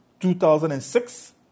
2006